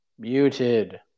muted